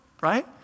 right